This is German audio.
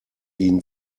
ihnen